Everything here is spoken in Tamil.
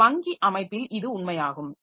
இந்த வங்கி அமைப்பில் இது உண்மையாகும்